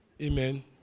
Amen